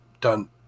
done